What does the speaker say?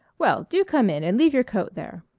well, do come in, and leave your coat there.